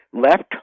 left